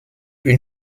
une